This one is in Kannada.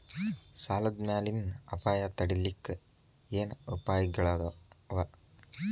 ಸಾಲದ್ ಮ್ಯಾಲಿನ್ ಅಪಾಯ ತಡಿಲಿಕ್ಕೆ ಏನ್ ಉಪಾಯ್ಗಳವ?